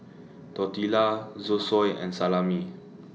Tortillas Zosui and Salami